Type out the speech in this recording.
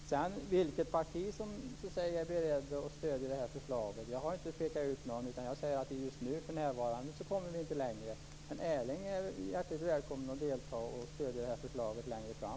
När det gäller vilket parti som säger sig vara berett att stödja förslaget har jag inte pekat ut något parti. Just nu kommer vi inte längre. Men Erling Wälivaara är hjärtligt välkommen att delta och stödja förslaget längre fram.